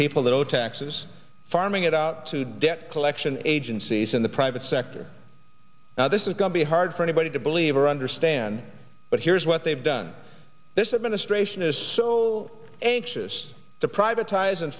people that zero tax is farming it out to debt collection agencies in the private sector now this is going to be hard for anybody to believe or understand but here's what they've done this administration is so anxious to privatizing